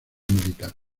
militar